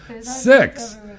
six